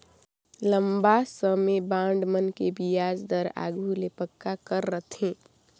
लंबा समे बांड मन के बियाज दर आघु ले ही पक्का कर रथें